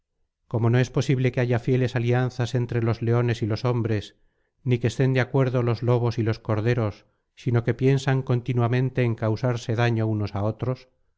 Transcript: como no es posible que haya fieles alianzas entre los leones y los hombres ni que estén de acuerdo los lobos y los corderos sino que piensan continuamente en causarse daño unos á otros